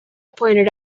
pointed